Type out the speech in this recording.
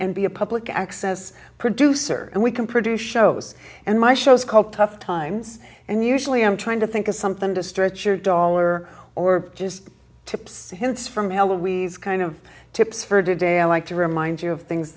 and be a public access producer and we can produce shows and my shows called tough times and usually i'm trying to think of something to stretch your dollar or just tips and hints from what we kind of tips for today i like to remind you of things